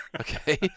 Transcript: Okay